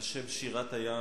על שם שירת הים,